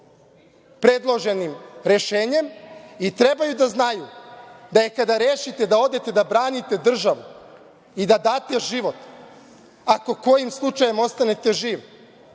predloženim rešenjem i trebaju da znaju da, kada rešite da odete da branite državu i da date život, ako kojim slučajem ostanete živi,